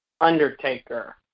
Undertaker